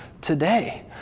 today